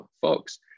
folks